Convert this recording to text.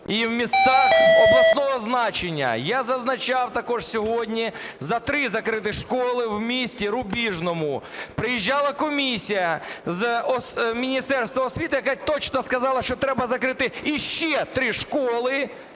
і в містах обласного значення. Я зазначав також сьогодні за три закриті школи в місті Рубіжному. Приїжджала комісія з Міністерства освіти, яка точно сказала, що треба закрити ще три школи,